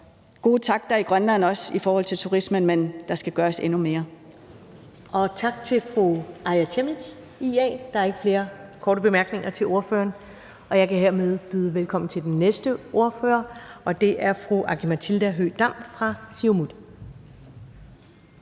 gode takter i Grønland, også i forhold til turismen, men der skal gøres endnu mere. Kl. 20:53 Første næstformand (Karen Ellemann): Tak til fru Aaja Chemnitz, IA. Der er ikke flere korte bemærkninger til ordføreren. Hermed kan jeg byde velkommen til den næste ordfører, og det er fru Aki-Matilda Høegh-Dam fra Siumut.